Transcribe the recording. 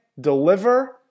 deliver